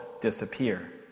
disappear